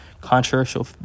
controversial